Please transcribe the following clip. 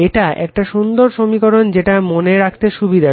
এটা একটা সুন্দর সমীকরণ যেটা মনে রাখতে সুবিধা